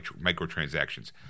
Microtransactions